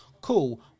cool